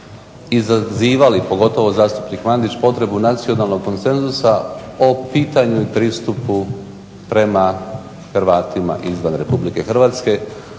i zazivali pogotovo zastupnik Mandić o potrebi nacionalnog konsenzusa o pitanju pristupu prema Hrvatima izvan Republike Hrvatske,